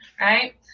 right